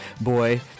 Boy